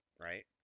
right